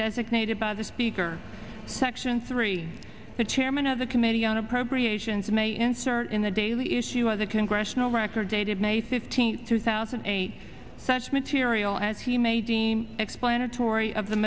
designated by the speaker section three the chairman of the committee on appropriations may insert in the daily issue of the congressional record dated may fifteenth two thousand and eight such material as he may deem explanatory of the